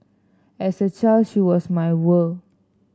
as a child she was my world